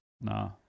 Nah